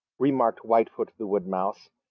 remarked whitefoot the wood mouse.